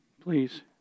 please